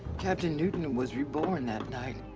captain newton and was reborn that night.